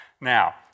Now